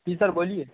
जी sir बोलिए